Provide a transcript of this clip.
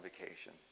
vacation